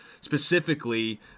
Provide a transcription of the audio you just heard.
specifically